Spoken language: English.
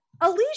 alicia